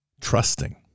trusting